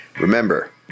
Remember